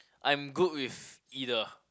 I'm good with either